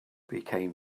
became